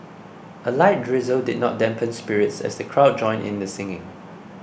a light drizzle did not dampen spirits as the crowd joined in the singing